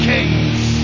Kings